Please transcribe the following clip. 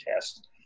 test